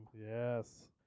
Yes